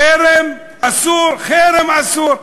חרם אסור, חרם אסור.